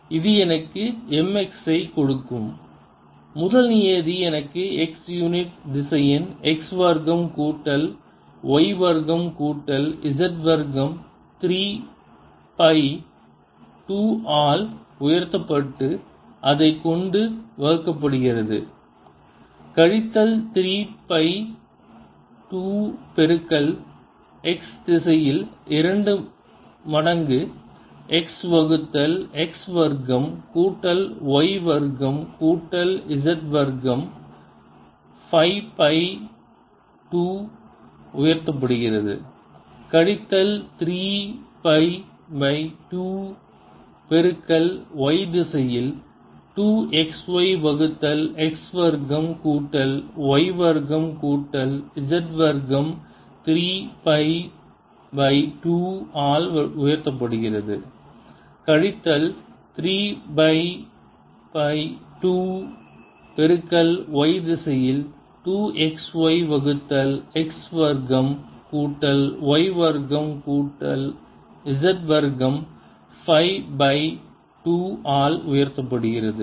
இது எனக்கு mx ஐக் கொடுக்கும் முதல் நியதி எனக்கு x யூனிட் திசையன் x வர்க்கம் கூட்டல் y வர்க்கம் கூட்டல் z வர்க்கம் 3 பை 2 ஆல் உயர்த்தப்பட்டு அதை கொண்டு வகுக்கப்படுகிறது கழித்தல் 3 பை 2 பெருக்கல் x திசையில் 2x மடங்கு x வகுத்தல் x வர்க்கம் கூட்டல் y வர்க்கம் கூட்டல் z வர்க்கம் 5 பை 2 ஆல் உயர்த்தப்படுகிறது கழித்தல் 3 பை 2 பெருக்கல் y திசையில் 2xy வகுத்தல் x வர்க்கம் கூட்டல் y வர்க்கம் கூட்டல் z வர்க்கம் 3 பை 2 ஆல் உயர்த்தப்படுகிறது கழித்தல் 3 பை 2 பெருக்கல் y திசையில் 2xy வகுத்தல் x வர்க்கம் கூட்டல் y வர்க்கம் கூட்டல் z வர்க்கம் 5 பை 2 ஆல் உயர்த்தப்படுகிறது